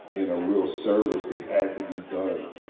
and a real service that had to be done.